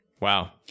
Wow